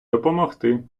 допомогти